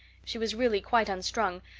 she was really quite unstrung,